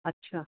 ਅੱਛਾ